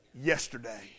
yesterday